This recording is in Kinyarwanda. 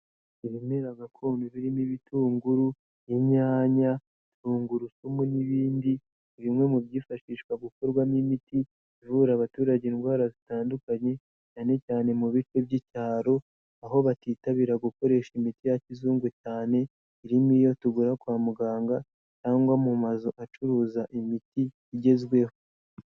Ibimera gakondo birimo ibitunguru, inyanya, tungurusumu n'ibindi, ni bimwe mu byifashishwa gukorwamo imiti, ivura abaturage indwara zitandukanye, cyane cyane mu bice by'icyaro, aho batitabira gukoresha imiti ya kizungu cyane, irimo iyo tugura kwa muganga cyangwa mu mazu acuruza imiti igezweho.